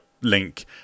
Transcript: link